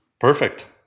Perfect